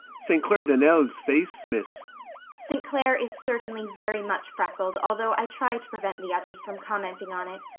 st. clair donnell's face, miss st. clair is certainly very much freckled, although i try to prevent the others from commenting on it.